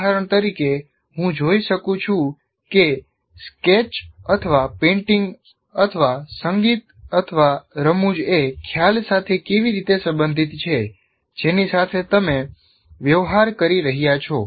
ઉદાહરણ તરીકે હું જોઈ શકું છું કે સ્કેચપેઇન્ટિંગ અથવા સંગીત અથવા રમૂજ એ ખ્યાલ સાથે કેવી રીતે સંબંધિત છે જેની સાથે તમે વ્યવહાર કરી રહ્યા છો